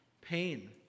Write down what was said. Pain